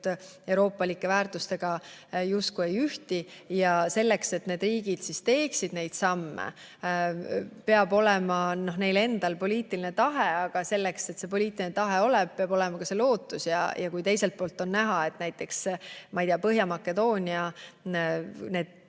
euroopalike väärtustega justkui ei ühti. Selleks, et need riigid teeksid vajalikke samme, peab neil endal olema poliitiline tahe, aga selleks, et see poliitiline tahe oleks, peab olema ka lootus. Ja kui teiselt poolt on näha, et näiteks, ma ei tea, Põhja-Makedoonia need